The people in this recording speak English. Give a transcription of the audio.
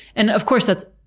and of course that's,